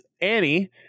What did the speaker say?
Annie